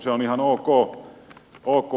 se on ihan ok